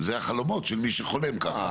זה החלומות של מי שחולם כאן.